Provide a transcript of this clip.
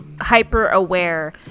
hyper-aware